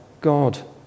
God